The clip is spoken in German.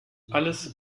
alles